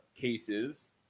cases